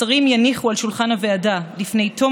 השרים יניחו על שולחן הוועדה לפני תום